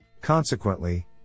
Consequently